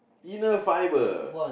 inner fibre